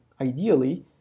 ideally